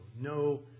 No